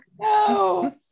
No